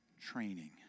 training